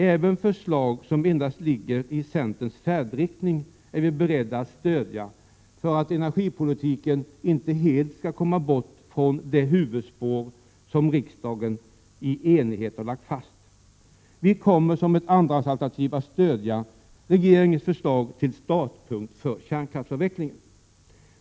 Även förslag som endast ligger i centerns färdriktning är vi beredda att stödja för att energipolitiken inte helt skall 33 komma bort från det huvudspår som riksdagen i enighet har lagt fast. Som ett andrahandsalternativ kommer vi att stödja regeringens förslag till startpunkt för kärnkraftsavvecklingen.